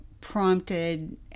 prompted